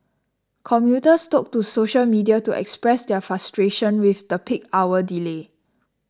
commuters took to social media to express their frustration with the peak hour delay